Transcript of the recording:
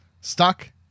stuck